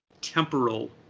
temporal